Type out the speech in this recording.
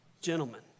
Gentlemen